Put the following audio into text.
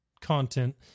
content